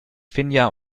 finja